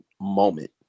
moment